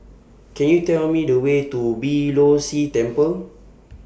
Could YOU Tell Me The Way to Beeh Low See Temple